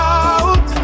out